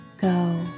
go